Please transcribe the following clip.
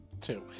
two